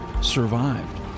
survived